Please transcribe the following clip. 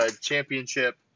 championship